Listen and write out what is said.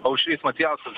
aušrys macijauskas